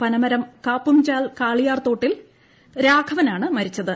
പനമരം കാപ്പുംചാൽ കളിയാർതോട്ടത്തിൽ രാഘവനാണ് മരിച്ചത്